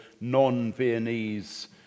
non-Viennese